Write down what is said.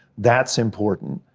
that's important.